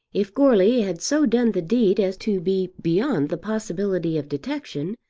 if goarly had so done the deed as to be beyond the possibility of detection,